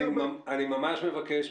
אני ממש מבקש,